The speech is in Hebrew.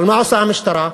אבל מה עושה המשטרה?